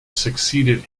succeeded